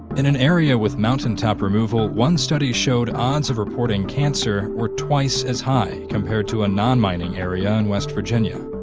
in an area with mountaintop removal, one study showed odds of reporting cancer were twice as high compared to a non-mining area in west virginia.